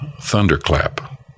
thunderclap